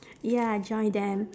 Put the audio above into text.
ya join them